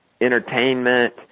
entertainment